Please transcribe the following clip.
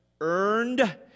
earned